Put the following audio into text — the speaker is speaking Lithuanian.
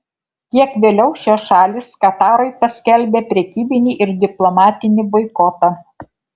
kiek vėliau šios šalys katarui paskelbė prekybinį ir diplomatinį boikotą